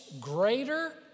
greater